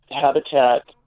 Habitat